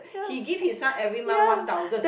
he give his son every month one thousand